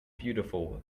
beautiful